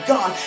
God